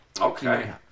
Okay